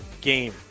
game